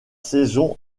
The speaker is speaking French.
saison